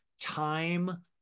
time